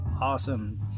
awesome